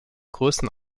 größen